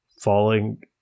falling